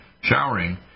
showering